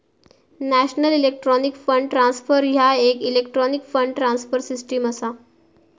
national electronic fund transfer ह्या येक electronic fund transfer system असा